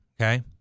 Okay